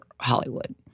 Hollywood